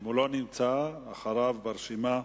אם הוא לא נמצא, אחריו ברשימה,